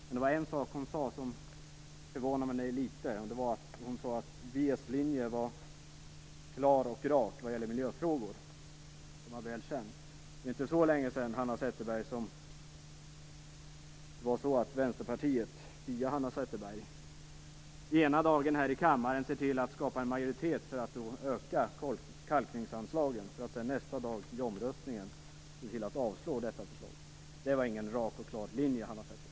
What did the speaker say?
Men en sak som förvånade mig litet grand var det hon sade om att Vänsterns linje var klar och rak vad gäller miljöfrågor och att den var väl känd. Men, Hanna Zetterberg, det är inte så länge sedan Vänsterpartiet via Hanna Zetterberg ena dagen i denna kammare såg till att en majoritet skapades för ökade kalkningsanslag för att sedan vid omröstningen andra dagen se till att förslaget avslogs. Det var ingen rak och klar linje, Hanna Zetterberg!